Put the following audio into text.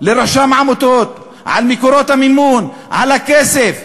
לרשם העמותות על מקורות המימון, על הכסף.